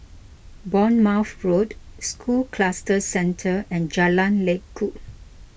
Bournemouth Road School Cluster Centre and Jalan Lekub